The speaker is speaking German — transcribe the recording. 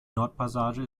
nordpassage